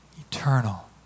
eternal